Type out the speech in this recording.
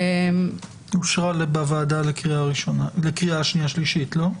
אושרה בוועדה לקריאה שנייה ושלישית, לא?